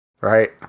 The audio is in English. right